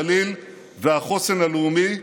הגליל והחוסן הלאומי,